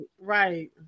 Right